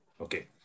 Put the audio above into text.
okay